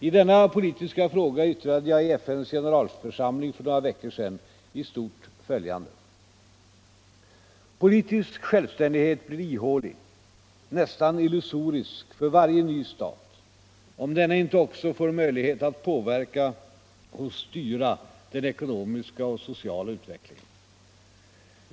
I denna politiska fråga yttrade jag i FN:s generalförsamling för några veckor sedan i stort följande: Politisk självständighet blir ihålig, nästan illusorisk för varje ny stat om denna inte också får möjlighet att påverka och styra den ekonomiska och sociala utvecklingen.